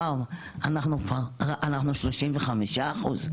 וואוו אנחנו 35 אחוז,